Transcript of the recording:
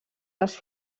les